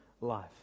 life